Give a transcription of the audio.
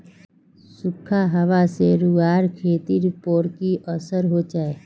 सुखखा हाबा से रूआँर खेतीर पोर की असर होचए?